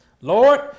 Lord